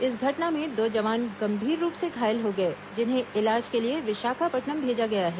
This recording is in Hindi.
इस घटना में दो जवान गंभीर रूप से घायल हो गए जिन्हें इलाज के लिए विशाखापट्नम भेजा गया है